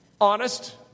Honest